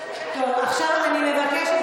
עכשיו אני מבקשת,